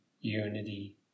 unity